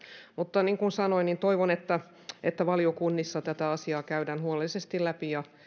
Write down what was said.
mutta niin kuin sanoin niin toivon että että valiokunnissa tätä asiaa käydään huolellisesti läpi